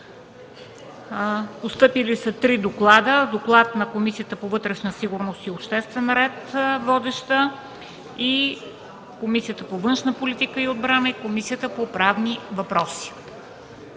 Постъпили са три доклада – на водещата Комисия по вътрешна сигурност и обществен ред, на Комисията по външна политика и отбрана и на Комисията по правни въпроси.